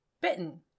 Bitten